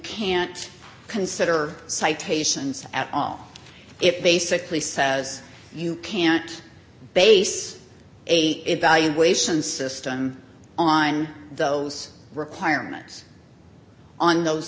can't consider citations at all if basically says you can't base a evaluation system online those requirements on those